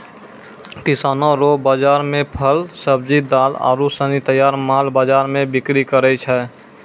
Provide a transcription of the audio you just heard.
किसानो रो बाजार मे फल, सब्जी, दाल आरू सनी तैयार माल बाजार मे बिक्री करै छै